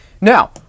Now